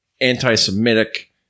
anti-Semitic